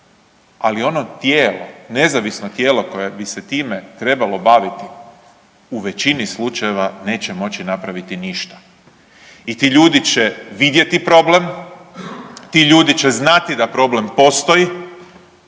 Ali ono tijelo, nezavisno tijelo koje bi se time trebalo baviti u većini slučajeva neće moći napraviti ništa i ti ljudi će vidjeti problem, ti ljudi će znati da problem postoji,